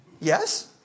Yes